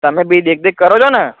તમે બી દેખ દેખ કરો છો ને